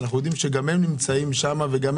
שאנחנו יודעים שגם הן נמצאות במסעדות.